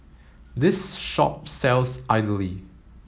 this shop sells idly